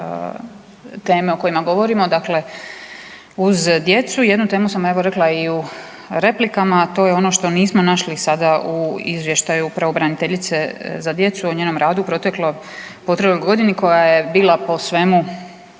teme o kojima govorimo, dakle uz djecu i jednu temu sam evo rekla i u replikama, a to je ono što nismo našli sada u izvještaju pravobraniteljice za djecu o njenom radu u protekloj godini koja je bila po svemu